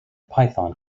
python